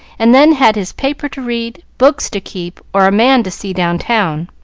and then had his paper to read, books to keep, or man to see down town,